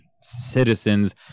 citizens